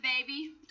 baby